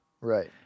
right